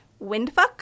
Windfuck